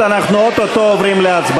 אין לו מה לדבר.